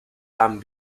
tan